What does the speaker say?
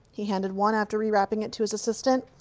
he handed one, after rewrapping it, to his assistant,